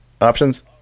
options